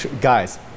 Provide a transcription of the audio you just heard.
Guys